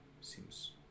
seems